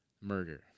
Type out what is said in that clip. murder